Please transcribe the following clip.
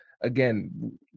again